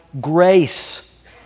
grace